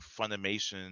Funimation